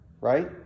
Right